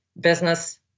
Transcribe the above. business